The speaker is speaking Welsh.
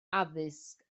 addysg